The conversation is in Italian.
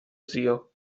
zio